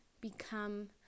become